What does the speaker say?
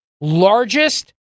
largest